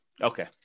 Okay